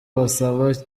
basabwa